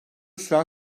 süren